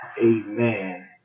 amen